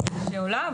שעולה.